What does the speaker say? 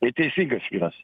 ir teisingas vyras